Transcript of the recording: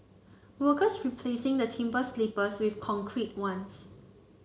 workers replacing the timber sleepers with concrete ones